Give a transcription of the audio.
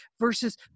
versus